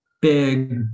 big